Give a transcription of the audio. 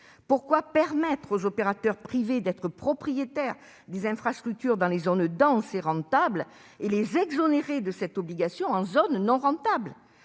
Pourquoi permettre aux opérateurs privés d'être propriétaires des infrastructures dans les zones denses et rentables et les exonérer de cette obligation dans les zones non rentables ?